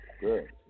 good